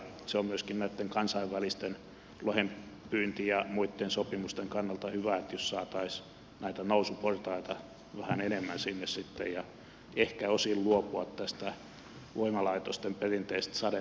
se on myöskin näitten kansainvälisten lohenpyynti ja muitten sopimusten kannalta hyvä jos saataisiin nousuportaita vähän enemmän sinne sitten ja ehkä osin luovuttaisiin voimalaitosten perinteisestä sadeveden